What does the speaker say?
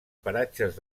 paratges